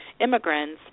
immigrants